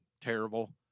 terrible